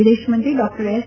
વિદેશ મંત્રી doctor S